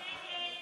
נגד.